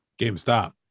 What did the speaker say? GameStop